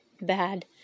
bad